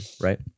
right